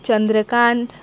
Chandrakant